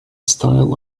style